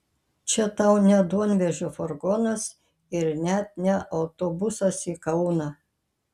čia tau ne duonvežio furgonas ir net ne autobusas į kauną